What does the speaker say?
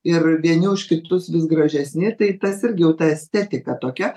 ir vieni už kitus vis gražesni tai tas irgi ta estetika tokia